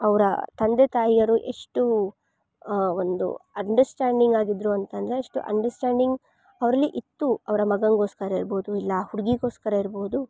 ಅವರ ತಂದೆ ತಾಯಿಯರು ಎಷ್ಟು ಒಂದು ಅಂಡರ್ಸ್ಟ್ಯಾಂಡಿಂಗ್ ಆಗಿದ್ರು ಅಂತಂದರೆ ಎಷ್ಟು ಅಂಡರ್ಸ್ಟ್ಯಾಂಡಿಂಗ್ ಅವರಲ್ಲಿ ಇತ್ತು ಅವರ ಮಗನಿಗೋಸ್ಕರ ಇರ್ಬೌದು ಇಲ್ಲ ಹುಡುಗಿಗೋಸ್ಕರ ಇರ್ಬೌದು